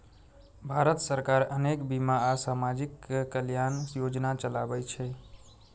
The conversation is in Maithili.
भारत सरकार अनेक बीमा आ सामाजिक कल्याण योजना चलाबै छै